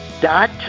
dot